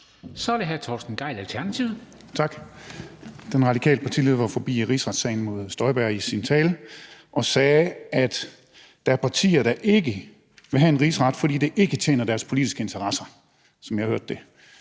Kl. 14:29 Torsten Gejl (ALT): Tak. Den radikale partileder var forbi rigsretssagen mod Inger Støjberg i sin tale og sagde, at der er partier, der ikke vil have en rigsret, fordi det ikke tjener deres politiske interesser, som jeg hørte det.